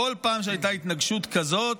בכל פעם שהייתה התנגשות כזאת,